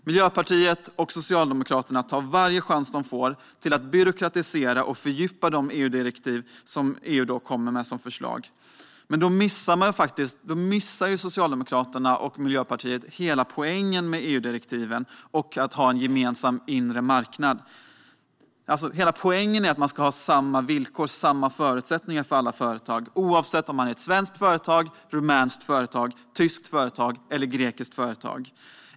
Miljöpartiet och Socialdemokraterna tar varje chans de får att byråkratisera och fördjupa de direktiv som EU föreslår. Men då missar man ju hela poängen med EU-direktiven och med att ha en gemensam inre marknad. Poängen är att man ska ha samma villkor och förutsättningar för alla företag, oavsett om det är ett svenskt, rumänskt, tyskt eller grekiskt företag.